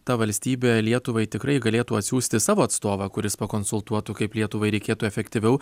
ta valstybė lietuvai tikrai galėtų atsiųsti savo atstovą kuris pakonsultuotų kaip lietuvai reikėtų efektyviau